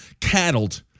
cattled